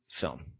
film